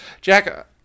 jack